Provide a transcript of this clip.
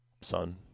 son